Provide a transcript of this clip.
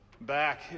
back